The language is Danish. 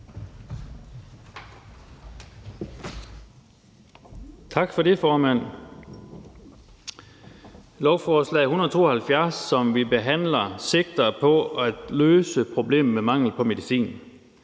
Tak for det, formand. Lovforslag nr. L 172, som vi behandler, sigter på at løse problemet med mangel på medicin.